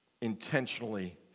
intentionally